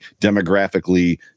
demographically